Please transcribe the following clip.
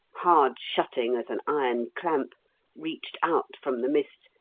hard-shutting as an iron clamp reached out from the mist,